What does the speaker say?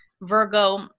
Virgo